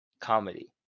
comedy